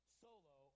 solo